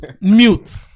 mute